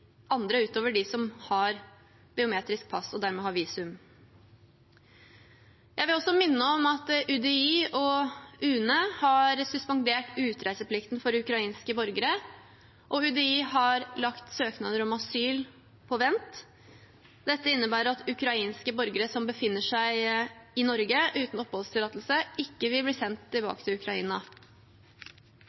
andre enn dem som har biometrisk pass, og dermed har visum. Jeg vil også minne om at UDI og UNE har suspendert utreiseplikten for ukrainske borgere, og UDI har lagt søknader om asyl på vent. Dette innebærer at ukrainske borgere som befinner seg i Norge uten oppholdstillatelse, ikke vil bli sendt tilbake til Ukraina.